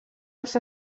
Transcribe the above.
els